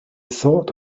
thought